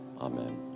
Amen